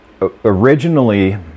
originally